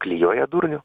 klijuoja durnių